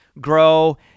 grow